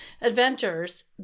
Adventures